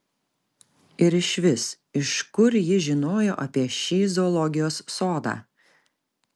ir išvis iš kur ji žinojo apie šį zoologijos sodą